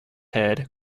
head